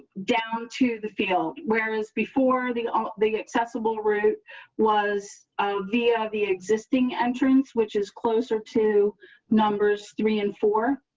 down to the field, whereas before the all the accessible route was a via the existing entrance which is closer to numbers three and four.